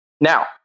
Now